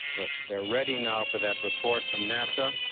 but they're ready now for that report from nasa.